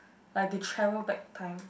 like they travel back to time